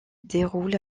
déroule